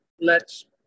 lets